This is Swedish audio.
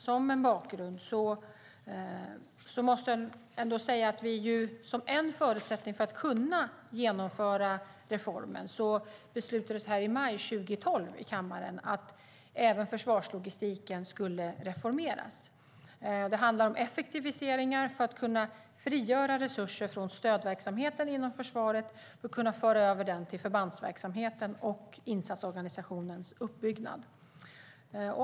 Som en bakgrund till detta måste jag ändå säga att som en förutsättning för att genomföra reformen beslutades här i kammaren i maj 2012 att även försvarslogistiken skulle reformeras. Det handlar om effektiviseringar för att kunna frigöra resurser från stödverksamheten inom försvaret och föra över dem till förbandsverksamheten och insatsorganisationens uppbyggnad.